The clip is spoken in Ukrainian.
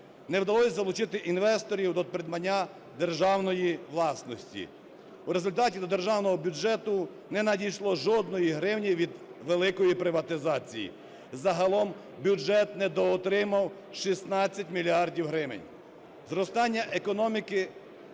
Не вдалося залучити інвесторів до придбання державної власності. В результаті до державного бюджету не надійшло жодної гривні від великої приватизації, загалом бюджет недоотримав 16 мільярдів гривень. Зростання економіки